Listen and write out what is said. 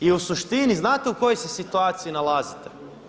I u suštini, znate u kojoj se situaciji nalazite?